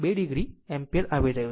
2 o ampere આવી રહ્યું છે